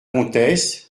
comtesse